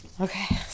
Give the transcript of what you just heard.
Okay